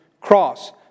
cross